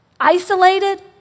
isolated